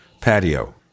patio